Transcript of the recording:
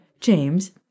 James